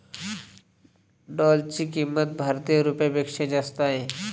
डॉलरची किंमत भारतीय रुपयापेक्षा जास्त आहे